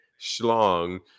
schlong